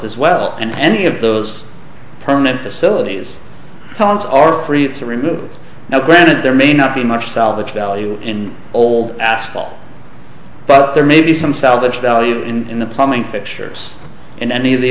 as well and any of those permanent facilities columns are free to removed now granted there may not be much salvage value in old asphalt but there may be some salvage value in the plumbing fixtures in any of the